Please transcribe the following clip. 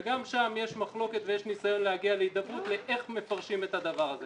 וגם שם יש מחלוקת ויש ניסיון להגיע להידברות איך מפרשים את הדבר הזה.